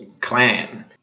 clan